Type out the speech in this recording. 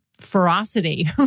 ferocity